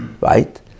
Right